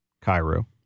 Cairo